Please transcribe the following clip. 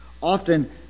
Often